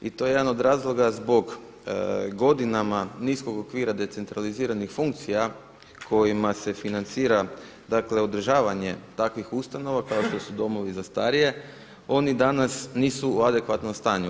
I to je jedan od razloga zbog godinama niskog okvira decentraliziranih funkcija kojima se financira dakle održavanje takvih ustanova kao što su domovi za starije, oni danas nisu u adekvatnom stanju.